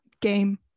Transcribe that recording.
game